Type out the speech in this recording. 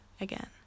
again